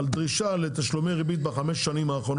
ולדרוש תשלומי ריבית על כל האיחורים של הממשלה בחמש השנים האחרונות.